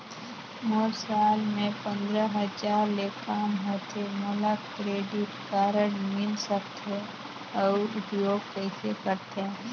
मोर साल मे पंद्रह हजार ले काम होथे मोला क्रेडिट कारड मिल सकथे? अउ उपयोग कइसे करथे?